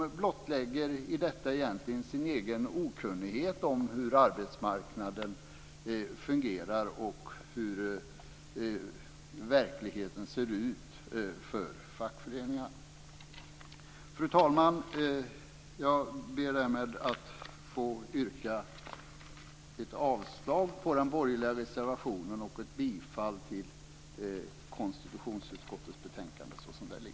De blottlägger i detta egentligen bara sin egen okunnighet om hur arbetsmarknaden fungerar och om hur verkligheten ser ut för fackföreningarna. Fru talman! Jag ber därmed att få yrka avslag på den borgerliga reservationen. Jag yrkar också på godkännande av konstitutionsutskottets anmälan.